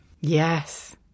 Yes